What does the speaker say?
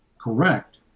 correct